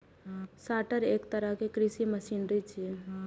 sorter एक तरहक कृषि मशीनरी छियै